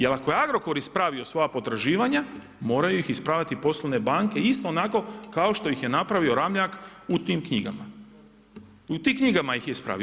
Jer ako je Agrokor ispravio svoja potraživanja moraju ih ispraviti i poslovne banke isto onako kao što ih je napravio Ramljak u tim knjigama, u tim knjigama ih je ispravio.